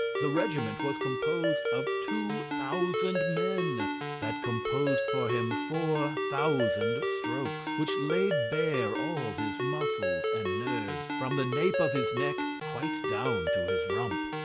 the regiment was composed of two thousand men that composed for him four thousand strokes, which laid bare all his muscles and nerves, from the nape of his neck quite down to his rump.